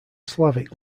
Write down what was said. slavic